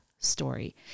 story